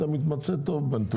אתה מתמצא טוב בנתונים.